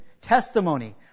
testimony